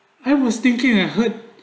I was thinking I heard